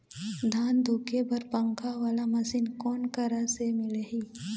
धान धुके बर पंखा वाला मशीन कोन करा से मिलही?